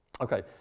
Okay